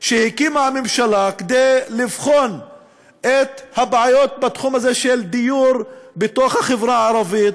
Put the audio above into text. שהקימה הממשלה כדי לבחון את הבעיות בתחום הזה של דיור בחברה הערבית.